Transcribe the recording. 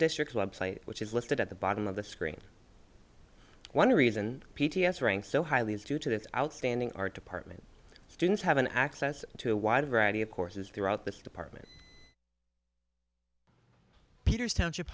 district website which is listed at the bottom of the screen one reason p t s ranks so highly is due to its outstanding art department students have an access to a wide variety of courses throughout the department peters township